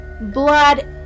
Blood